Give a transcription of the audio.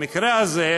כבוד השר,